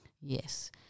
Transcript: Yes